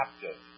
captive